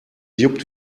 juckt